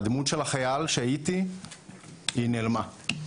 הדמות של החייל שהייתי היא נעלמה,